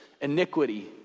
iniquity